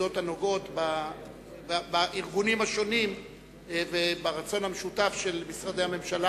נקודות הנוגעות בארגונים השונים וברצון המשותף של משרדי הממשלה